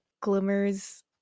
Glimmer's